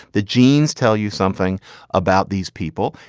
the genes tell you something about these people.